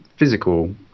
physical